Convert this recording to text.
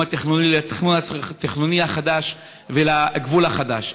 התכנון לתכנון התכנוני החדש ולגבול החדש.